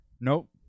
nope